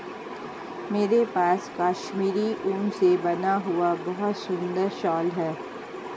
मेरे पास कश्मीरी ऊन से बना हुआ बहुत सुंदर शॉल है